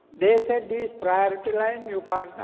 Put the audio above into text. they said this priority line you can't,